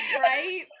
Right